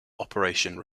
operation